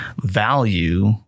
value